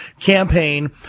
campaign